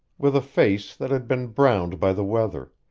with a face that had been browned by the weather.